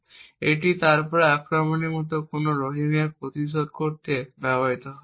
এবং এটি তারপরে আক্রমণের মতো কোনও রোহ্যামার প্রতিরোধ করতে ব্যবহৃত হয়